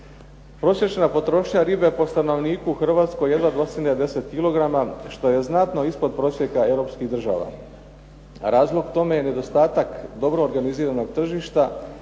Prosječna potrošnja ribe po stanovniku u Hrvatskoj jedva dosegne 10 kilograma što je znatno ispod prosjeka europskih država, a razlog tome je nedostatak dobro organiziranog tržišta,